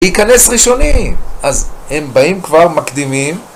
להיכנס ראשונים, אז הם באים כבר מקדימים